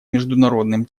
международным